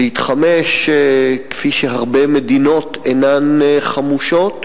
להתחמש כפי שהרבה מדינות אינן חמושות,